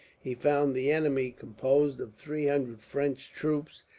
he found the enemy, composed of three hundred french troops,